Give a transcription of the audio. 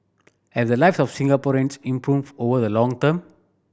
have the lives of Singaporeans improved over the long term